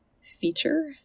feature